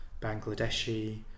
Bangladeshi